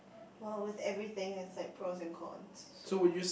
well with everything there's like pros and cons so